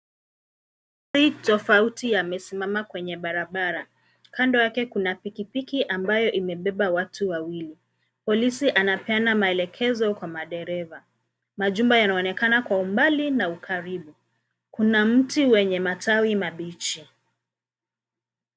Magari tofauti yamesimama kwenye barabara. Kando yake kuna pikipiki ambayo imebeba watu wawili. Polisi anapeana maelekezo kwa madereva. Majumba yanaonekana kwa umbali na ukaribu. Kuna mti wenye matawi mabichi.